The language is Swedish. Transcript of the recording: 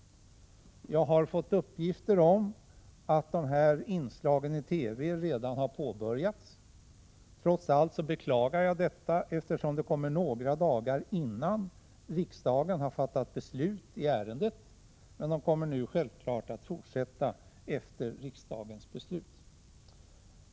Jag har fått uppgifter om att dessa inslag i TV redan har börjat sändas. Trots allt beklagar jag detta, eftersom de kommer några dagar innan riksdagen har fattat beslut i ärendet. Självfallet kommer de att fortsätta efter riksdagsbeslutet.